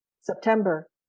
September